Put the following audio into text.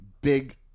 big